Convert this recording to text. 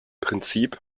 prinzip